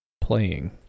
playing